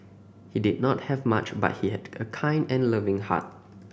he did not have much but he had a kind and loving heart